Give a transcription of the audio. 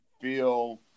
feel